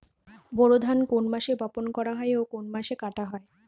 বোরো ধান কোন মাসে বপন করা হয় ও কোন মাসে কাটা হয়?